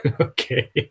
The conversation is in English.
Okay